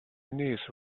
niece